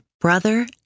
brother